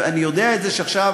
אני יודע את זה שעכשיו,